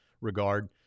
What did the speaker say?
regard